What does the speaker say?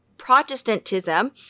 Protestantism